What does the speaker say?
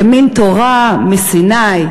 כמין תורה מסיני,